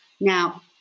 Now